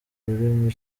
ururimi